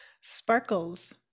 Sparkles